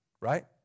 right